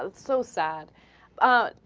and so sad ah.